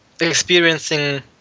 experiencing